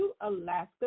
Alaska